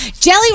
Jelly